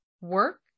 work